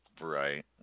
right